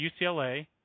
UCLA